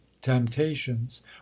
temptations